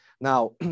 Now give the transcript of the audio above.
Now